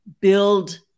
build